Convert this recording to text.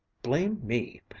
blame me!